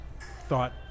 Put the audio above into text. thought